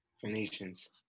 Phoenicians